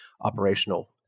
operational